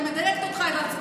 אני מדייקת אותך עם עצמך.